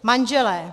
Manželé.